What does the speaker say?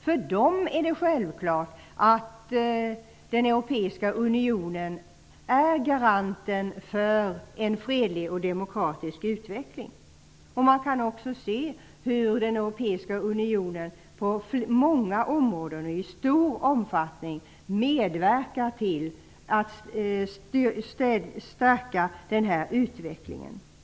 För dem är det självklart att den europeiska unionen är garanten för en fredlig och demokratisk utveckling. Man kan också se hur den europeiska unionen på många områden och i stor omfattning medverkar till att stärka den här utvecklingen.